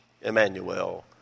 Emmanuel